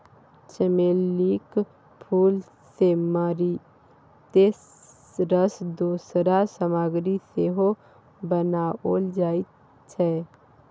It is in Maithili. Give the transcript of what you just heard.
चमेलीक फूल सँ मारिते रास दोसर सामग्री सेहो बनाओल जाइत छै